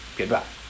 Goodbye